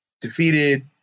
defeated